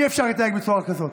אי-אפשר להתנהג בצורה כזאת.